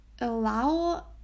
allow